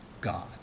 God